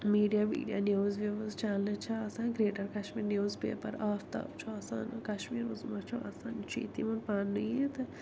media ویٖڈیا news views چنلہٕ چھِ آسان greater Kashmir newspaper Aftab چھُ آسان کشمیٖر عظمیٰ چھُ آسان یِم چھِ ییٚتہِ یِوان پنہٕ یہِ تہٕ